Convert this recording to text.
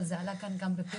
אבל זה עלה כאן בפירוט